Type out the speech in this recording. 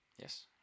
Yes